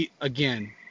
Again